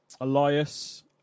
Elias